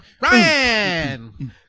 Ryan